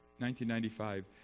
1995